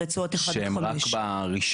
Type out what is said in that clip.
ברצועות 1 עד 5. שהם רק ברשמי?